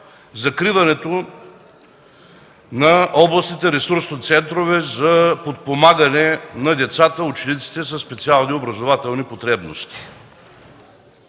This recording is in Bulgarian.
закриването на областните ресурсни центрове за подпомагане на децата и учениците със специални образователни потребности.